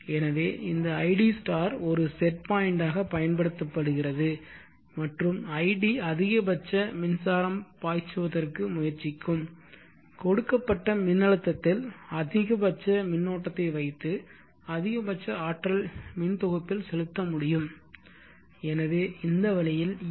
எனவே இந்த id ஒரு செட் பாயிண்டாகப் பயன்படுத்தப்படுகிறது மற்றும் id அதிகபட்ச மின்சாரம் பாய்ச்சுவதற்கு முயற்சிக்கும் கொடுக்கப்பட்ட மின்னழுத்தத்தில் அதிகபட்ச மின்னோட்டத்தை வைத்து அதிகபட்ச ஆற்றல் மின் தொகுப்பில் செலுத்த முடியும் எனவே இந்த வழியில் எம்